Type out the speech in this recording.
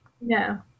No